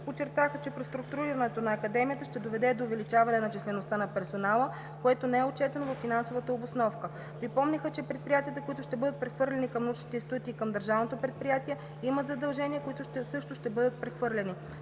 Подчертаха, че преструктурирането на Академията ще доведе до увеличаване на числеността на персонала, което не е отчетено във финансовата обосновка. Припомниха, че предприятията, които ще бъдат прехвърлени към научните институти и към държавното предприятие, имат задължения, които също ще бъдат прехвърлени.